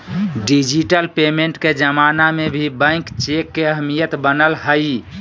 digital payment के जमाना में भी बैंक चेक के अहमियत बनल हइ